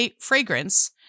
fragrance